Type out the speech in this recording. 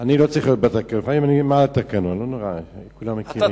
אני לא צריך להיות בתקנון, לפעמים אני מעל התקנון.